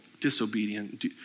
disobedient